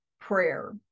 prayer